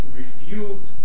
refute